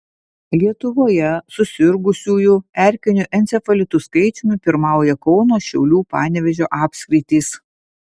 lietuvoje susirgusiųjų erkiniu encefalitu skaičiumi pirmauja kauno šiaulių panevėžio apskritys